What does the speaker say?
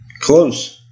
close